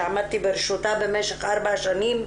שעמדתי בראשותה במשך ארבע שנים,